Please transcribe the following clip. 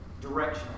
directional